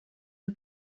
you